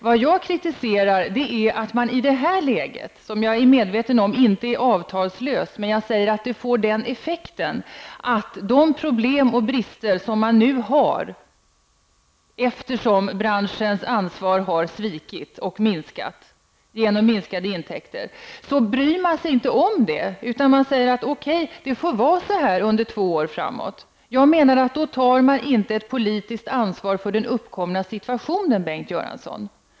Vad jag kritiserar är att man i det här läget, som jag är medveten om inte är avtalslöst men som får den effekten, inte bryr sig om de problem och brister som man har, eftersom filmbranschens ansvar har minskat genom minskade intäckter. Man säger i stället: Okej, det får vara så här under två år framåt. Då menar jag att man inte tar ett politiskt ansvar för den uppkomna situationen, Bengt Göransson.